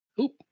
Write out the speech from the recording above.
Oop